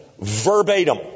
verbatim